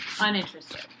uninterested